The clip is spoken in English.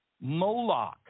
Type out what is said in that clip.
Moloch